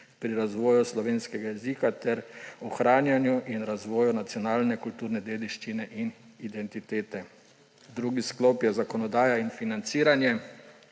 pri razvoju slovenskega jezika ter ohranjanju in razvoju nacionalne kulturne dediščine in identitete. Drugi sklop je zakonodaja in financiranje.